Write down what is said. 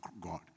God